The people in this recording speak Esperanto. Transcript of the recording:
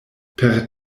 per